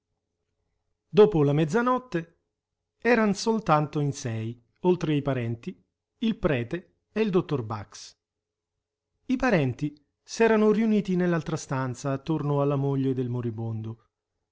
dopo la mezzanotte eran soltanto in sei oltre i parenti il prete e il dottor bax i parenti s'erano riuniti nell'altra stanza attorno alla moglie del moribondo